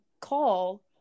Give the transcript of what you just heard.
call